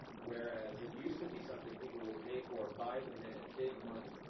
whereas it used to be something people would pay for by the minute, big money,